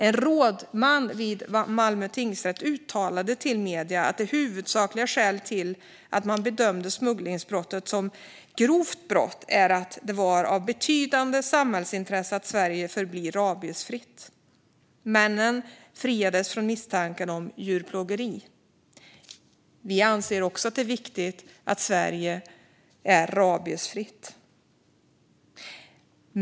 En rådman vid Malmö tingsrätt uttalade till medierna att det huvudsakliga skälet till att man bedömde smugglingsbrottet som ett grovt brott var att det är av betydande samhällsintresse att Sverige förblir rabiesfritt. Männen friades från misstankarna om djurplågeri. Vi anser också att det är viktigt att Sverige är rabiesfritt.